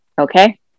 okay